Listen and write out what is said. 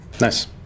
Nice